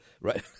Right